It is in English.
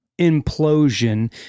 implosion